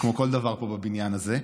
כמו כל דבר פה בבניין הזה.